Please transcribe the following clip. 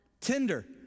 Tinder